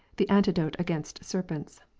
the antidote against serpents.